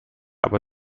aber